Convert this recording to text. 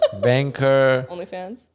banker